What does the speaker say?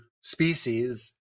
species